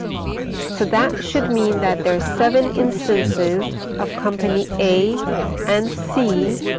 so that should mean that there are seven instances of company a and c